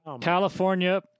California